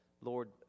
Lord